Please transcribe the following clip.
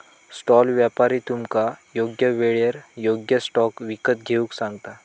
stall व्यापारी तुमका योग्य येळेर योग्य स्टॉक विकत घेऊक सांगता